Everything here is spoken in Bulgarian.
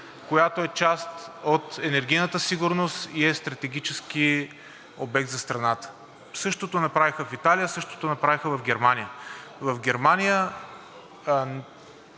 която е част от енергийната сигурност и е стратегически обект за страната. Същото направиха в Италия, същото направиха в Германия. В Германия